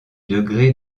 degré